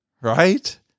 right